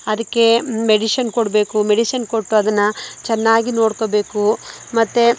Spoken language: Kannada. ಅದಕ್ಕೆ ಮೆಡಿಶಿನ್ ಕೊಡಬೇಕು ಮೆಡಿಶಿನ್ ಕೊಟ್ಟು ಅದನ್ನು ಚೆನ್ನಾಗಿ ನೋಡ್ಕೊಳ್ಬೇಕು ಮತ್ತೆ